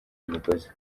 imigozi